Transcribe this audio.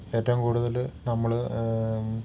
ഏറ്റവും കൂടുതൽ നമ്മൾ